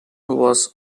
was